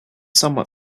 somewhat